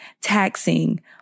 taxing